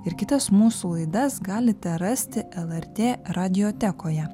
ir kitas mūsų laidas galite rasti lrt radiotekoje